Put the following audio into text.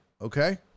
Okay